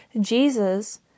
Jesus